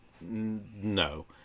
No